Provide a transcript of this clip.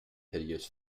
hideous